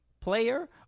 player